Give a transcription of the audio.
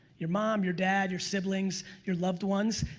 your mom your dad your siblings your loved ones.